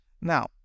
Now